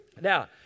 Now